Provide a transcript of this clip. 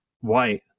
white